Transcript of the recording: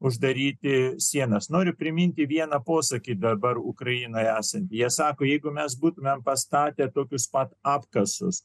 uždaryti sienas noriu priminti vieną posakį dabar ukrainoje esą jie sako jeigu mes būtumėm pastatę tokius pat apkasus